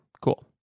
cool